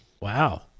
Wow